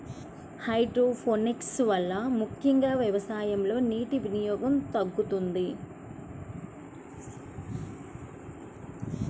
hydroponics వలన ముఖ్యంగా వ్యవసాయంలో నీటి వినియోగం తగ్గుతుంది